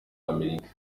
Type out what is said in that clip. amerika